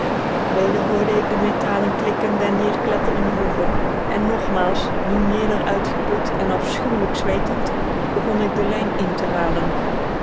weder hoorde ik de metalen klikken der neerkletterende hoeven en nogmaals nu meerder uitgeput en afschuwelijk zweetend begon ik de lijn in te halen